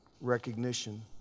recognition